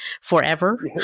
forever